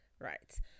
right